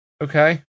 Okay